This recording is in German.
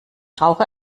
rauche